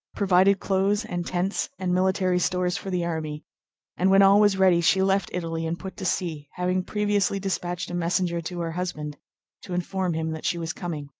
provided clothes, and tents, and military stores for the army and when all was ready, she left italy and put to sea, having previously dispatched a messenger to her husband to inform him that she was coming.